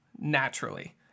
naturally